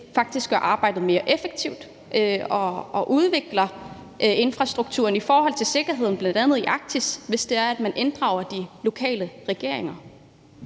gør arbejdet mere effektivt og udvikler infrastrukturen i forhold til sikkerheden, bl.a. i Arktis, hvis det er, man inddrager de lokale regeringer.